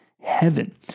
heaven